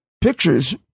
pictures